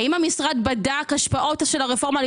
האם המשרד בדק השפעות של הרפורמה על